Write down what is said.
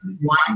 one